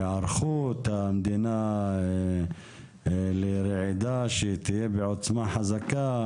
היערכות המדינה לרעידה שהיא תהיה בעוצמה חזקה.